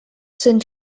sind